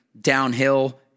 downhill